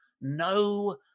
No